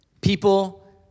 People